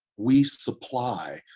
we supply,